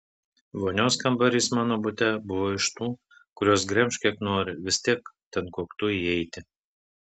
vonios kambarys mano bute buvo iš tų kuriuos gremžk kiek nori vis tiek ten koktu įeiti